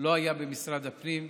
לא היה במשרד הפנים,